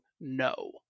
No